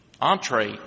Entree